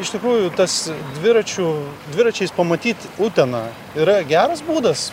iš tikrųjų tas dviračių dviračiais pamatyt uteną yra geras būdas